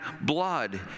blood